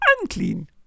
unclean